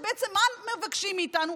בעצם מה מבקשים מאיתנו?